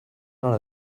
not